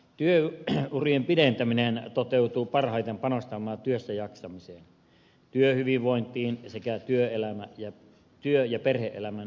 työurien pidentäminen toteutuu parhaiten panostamalla työssäjaksamiseen työhyvinvointiin sekä työ ja perhe elämän yhteensovittamiseen